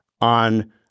on